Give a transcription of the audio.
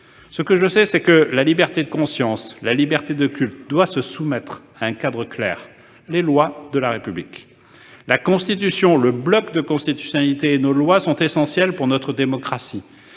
seul but : la renforcer. La liberté de conscience et la liberté de culte doivent se soumettre à un cadre clair : les lois de la République. La Constitution, le bloc de constitutionnalité et nos lois sont essentiels pour notre démocratie.